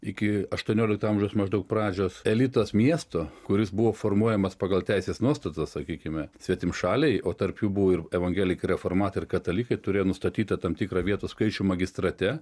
iki aštuoniolikto amžiaus maždaug pradžios elitas miesto kuris buvo formuojamas pagal teisės nuostatas sakykime svetimšaliai o tarp jų buvo ir evangelikai reformatai ir katalikai turėjo nustatytą tam tikrą vietų skaičių magistrate